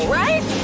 right